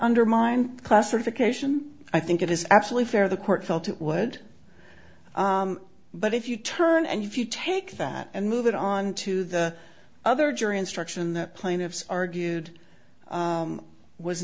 undermined classification i think it is actually fair the court felt it would but if you turn and if you take that and move it on to the other jury instruction the plaintiffs argued